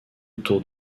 autour